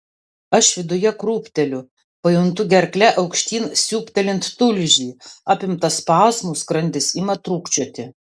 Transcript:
aš viduje krūpteliu pajuntu gerkle aukštyn siūbtelint tulžį apimtas spazmų skrandis ima trūkčioti